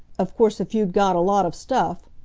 of course, if you'd got a lot of stuff,